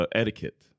etiquette